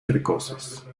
precoces